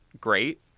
great